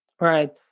Right